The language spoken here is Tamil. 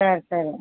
சரி சரி